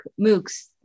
MOOCs